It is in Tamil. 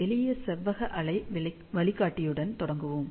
எளிய செவ்வக அலை வழிகாட்டியுடன் தொடங்குவோம்